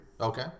Okay